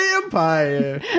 vampire